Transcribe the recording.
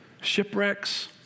Shipwrecks